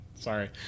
Sorry